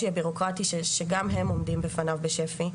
הבירוקרטי שגם הם עומדים בפניו בשפ"י,